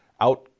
out